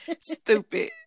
stupid